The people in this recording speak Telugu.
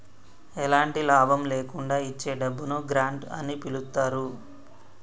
ఎలాంటి లాభం లేకుండా ఇచ్చే డబ్బును గ్రాంట్ అని పిలుత్తారు